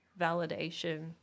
validation